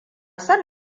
son